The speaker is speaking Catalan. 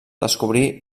descobrir